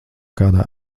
kādā